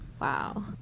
Wow